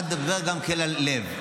את מדברת גם על הלב,